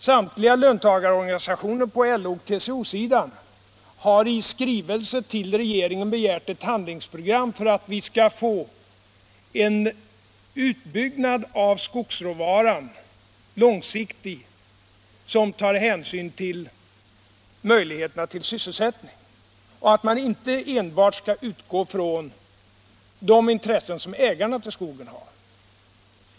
Samtliga löntagarorganisationer på LO och TCO sidan har i skrivelse till regeringen begärt ett handlingsprogram för en långsiktig utbyggnad av skogsråvaran vilket tar hänsyn till möjligheterna till sysselsättning samt föreslår att man inte enbart skall utgå från de intressen som ägarna till skogen har.